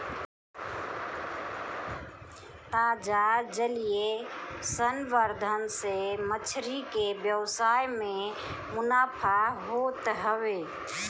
ताजा जलीय संवर्धन से मछरी के व्यवसाय में मुनाफा होत हवे